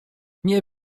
nie